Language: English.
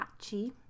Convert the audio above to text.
Pachi